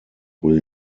will